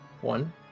one